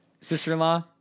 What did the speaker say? Sister-in-law